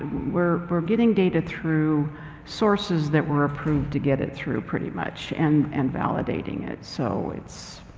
we're we're getting data through sources that we're approved to get it through pretty much and and validating it. so, it's,